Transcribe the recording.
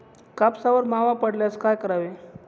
कापसावर मावा पडल्यास काय करावे?